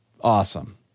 awesome